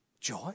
joy